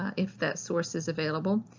if that source is available.